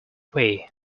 way